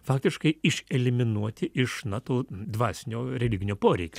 faktiškai iš eliminuoti iš na tų dvasinio religinio poreikio